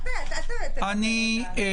יש להם